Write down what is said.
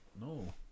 No